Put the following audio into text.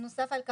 בנוסף על כך,